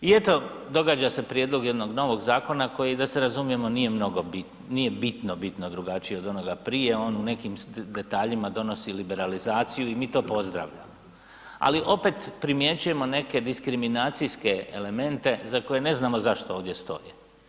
I eto događa se prijedlog jednog novog zakona koji da se razumijemo nije bitno, bitno drugačiji od onoga prije, on u nekim detaljima donosi liberalizaciju i mi to pozdravljamo, ali opet primjećujemo neke diskriminacijske elemente za koje ne znamo zašto ovdje stoje.